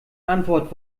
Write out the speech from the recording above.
antwort